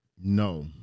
No